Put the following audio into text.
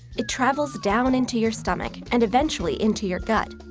it travels down into your stomach and eventually into your gut.